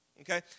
Okay